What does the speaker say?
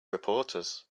reporters